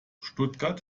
stuttgart